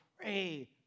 pray